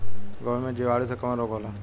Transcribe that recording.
गोभी में जीवाणु से कवन रोग होला?